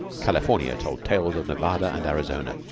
california told tales of nevada and arizona,